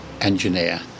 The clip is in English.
engineer